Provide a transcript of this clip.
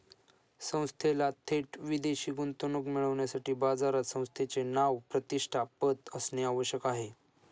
संस्थेला थेट विदेशी गुंतवणूक मिळविण्यासाठी बाजारात संस्थेचे नाव, प्रतिष्ठा, पत असणे आवश्यक आहे